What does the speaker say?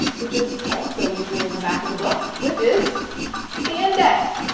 which is also usually in the back of the book, which is the index.